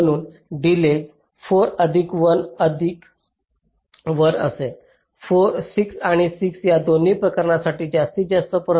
म्हणून डिलेज 4 अधिक 1 अधिक 1 असेल 6 आणि 6 या दोन्ही प्रकरणांसाठी जास्तीत जास्त